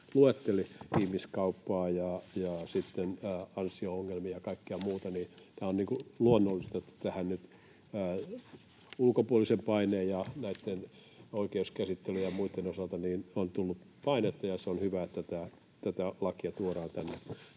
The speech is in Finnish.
luetteli, ihmiskauppaa ja ansio-ongelmia ja kaikkea muuta, niin tämä on luonnollista tähän nyt. Ulkopuolisen paineen ja näitten oikeuskäsittelyjen ja muitten osalta on tullut painetta, ja se on hyvä, että tämä laki tuodaan tänne